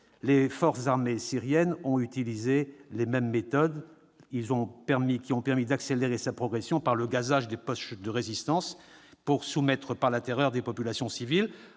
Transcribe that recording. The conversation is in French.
les forces armées syriennes ont utilisé les mêmes méthodes, qui ont permis d'accélérer leur progression par le gazage des poches de résistance, pour soumettre par la terreur des populations civiles.